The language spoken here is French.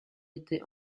était